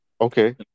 Okay